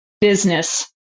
business